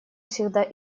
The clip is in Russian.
всегда